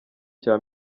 cya